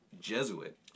Jesuit